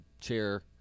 chair